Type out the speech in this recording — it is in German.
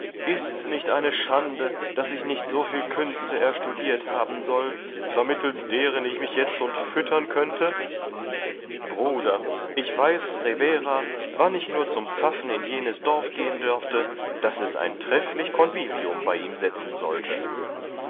ists nicht eine schande daß ich nicht so viel künste erstudiert haben soll vermittelst deren ich mich jetzund füttern könnte bruder ich weiß revera wann ich nur zum pfaffen in jenes dorf gehen dörfte daß es ein trefflich convivium bei ihm setzen sollte